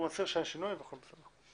הוא מצהיר שאין שינוי והכול בסדר.